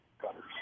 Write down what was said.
Cutters